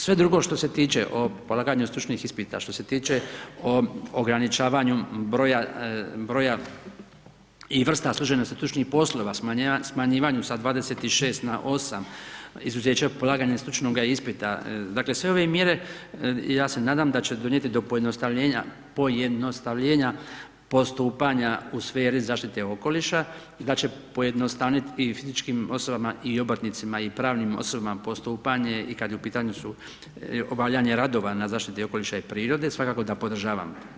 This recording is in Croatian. Sve drugo što se tiče o polaganju stručnih ispita, što se tiče ograničavanje broja i vrsta složenosti stručnih poslova, smanjivanju sa 26 na 8 izuzeće od polaganja stručnoga ispita, dakle, sve ove mjere, ja se nadam da će donijeti do pojednostavljenja postupanja u sferi zaštite okoliša i da će pojednostaviti i fizičkim osobama i obrtnicima i pravnim osobama, postupanje i kada u pitanju su obavljanje radova na zaštiti okoliša i prirode, svakako da podržavam.